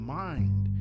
mind